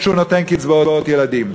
שהוא נותן קצבאות ילדים.